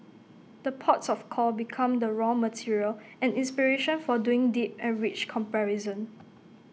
the ports of call become the raw material and inspiration for doing deep and rich comparison